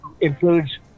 includes